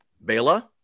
Bela